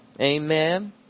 Amen